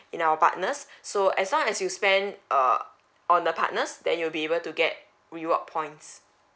in our partners so as long as you spend err on the partners then you'll be able to get reward points